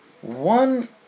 One